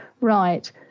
right